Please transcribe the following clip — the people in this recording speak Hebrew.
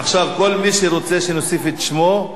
עכשיו, כל מי שרוצה שנוסיף את שמו,